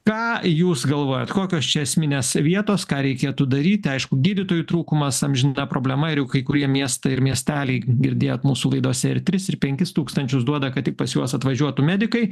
ką jūs galvojat kokios čia esminės vietos ką reikėtų daryti aišku gydytojų trūkumas amžina problema ir jau kai kurie miestai ir miesteliai girdėjot mūsų laidose ir tris ir penkis tūkstančius duoda kad tik pas juos atvažiuotų medikai